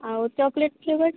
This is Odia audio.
ଆଉ ଚକଲେଟ୍ ଫ୍ଲେବର୍